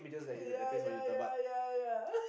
ya ya ya ya ya